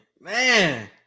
man